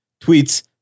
tweets